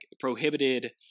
prohibited